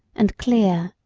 and clear,